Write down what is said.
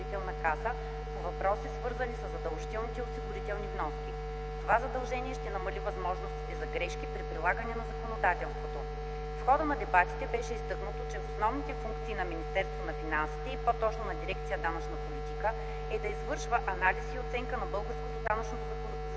въпроси, свързани със задължителните осигурителни вноски. Това задължение ще намали възможностите за грешки при прилагане на законодателството. В хода на дебатите беше изтъкнато, че в основните функции на Министерството на финансите и по-точно на дирекция „ Данъчна политика” е да извършва анализ и оценка на българското данъчно законодателство